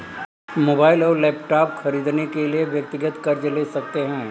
mobile और laptop खरीदने के लिए व्यक्तिगत कर्ज ले सकते है